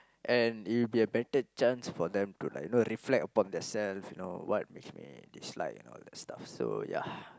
and it will be a better chance for them to like you know reflect upon themselves you know what makes me dislike all the stuff so ya